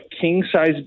king-size